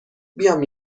بیام